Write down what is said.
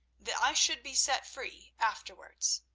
that i should be set free afterwards.